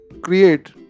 create